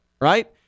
right